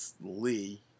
Lee